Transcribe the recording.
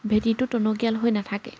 ভেঁটিটো টনকিয়াল হৈ নাথাকে